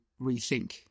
rethink